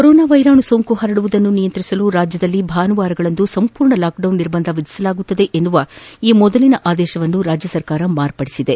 corona ವೈರಾಣು ಸೋಂಕು ಪರಡುವುದನ್ನು ನಿಯಂತ್ರಿಸಲು ರಾಜ್ಯದಲ್ಲಿ ಭಾನುವಾರಗಳಂದು ಸಂಪೂರ್ಣ ಲಾಕ್ ಡೌನ್ ನಿರ್ಬಂಧ ವಿಧಿಸಲಾಗುವುದು ಎನ್ನುವ ಈ ಮೊದಲಿನ ಆದೇಶವನ್ನು ರಾಜ್ಯ ಸರ್ಕಾರ ಮಾರ್ಪಡಿಸಿದೆ